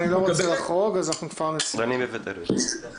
אני מבין שאתם חושבים שלרשויות יש בעיה תזרימית.